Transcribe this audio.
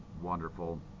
wonderful